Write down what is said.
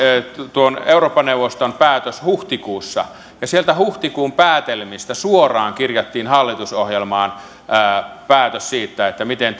tuon eurooppa neuvoston päätös huhtikuussa ja sieltä huhtikuun päätelmistä suoraan kirjattiin hallitusohjelmaan päätös siitä miten